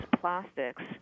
plastics